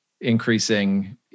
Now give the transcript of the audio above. increasing